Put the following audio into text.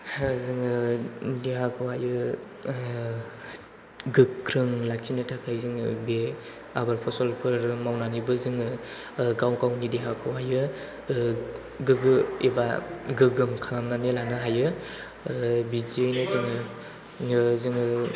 जोङो देहाखौहायो गोख्रों लाखिनो थाखाय जोङो बे आबाद फसलफोर मावनानैबो जोङो गाव गावनि देहाखौहाय गोग्गो एबा गोग्गोम खालामनानै लानो हायो बिदियैनो जों जोङो